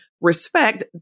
respect